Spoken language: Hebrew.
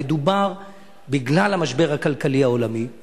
בגלל המשבר הכלכלי העולמי,